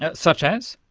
ah such as?